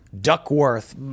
Duckworth